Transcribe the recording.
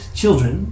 children